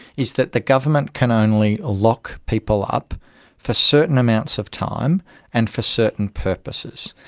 is that the government can only ah lock people up for certain amounts of time and for certain purposes,